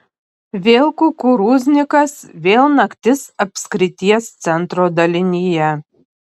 vėl kukurūznikas vėl naktis apskrities centro dalinyje